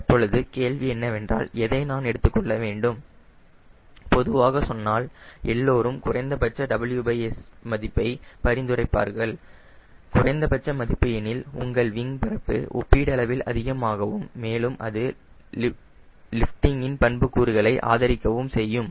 தற்பொழுது கேள்வி என்னவென்றால் எதை நான் எடுத்துக் கொள்ள வேண்டும் பொதுவாக சொன்னால் எல்லோரும் குறைந்தபட்ச WS மதிப்பை பரிந்துரைப்பார்கள் குறைந்தபட்ச மதிப்பு எனில் உங்கள் விங் பரப்பு ஒப்பீட்டளவில் அதிகமாகவும் மேலும் அது லிஃப்டிங் இன் பண்புக் கூறுகளை ஆதரிக்கவும் செய்யும்